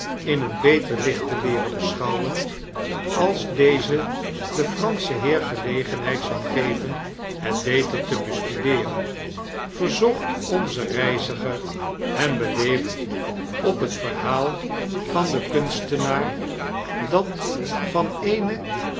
in een beter licht te leeren beschouwen als deze den franschen heer gelegenheid zou geven het beter te bestudeeren verzocht onze reiziger hem beleefd op het verhaal van den kunstenaar dat van een